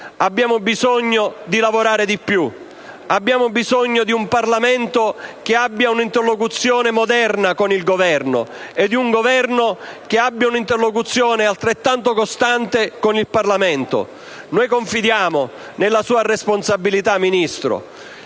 abbiamo bisogno di lavorare di più, abbiamo bisogno di un Parlamento che abbia un'interlocuzione moderna con il Governo e di un Governo che abbia un'interlocuzione altrettanto costante con il Parlamento. Confidiamo nella sua responsabilità, Ministro,